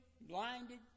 blinded